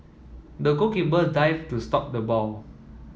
the goalkeeper dived to stop the ball